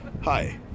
hi